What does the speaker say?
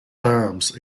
times